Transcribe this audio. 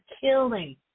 killing